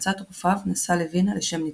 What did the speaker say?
ובעצת רופאיו נסע לווינה לשם ניתוח.